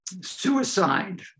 Suicide